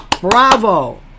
bravo